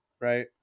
Right